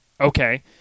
Okay